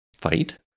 fight